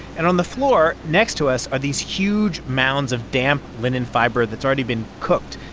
and on the floor next to us are these huge mounds of damp linen fiber that's already been cooked.